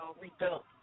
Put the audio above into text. rebuilt